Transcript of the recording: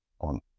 on